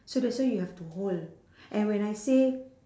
so that's why you have to hold and when I say